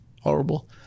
horrible